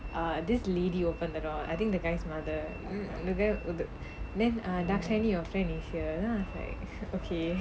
err this lady opened the door I think the guy's mother mm then um then dharshini your friend is here then I was like okay